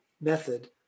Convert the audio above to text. method